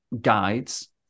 guides